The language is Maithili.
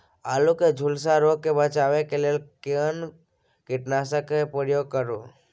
आलू के झुलसा रोग से बचाबै के लिए केना कीटनासक के प्रयोग करू